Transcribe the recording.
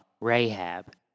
Rahab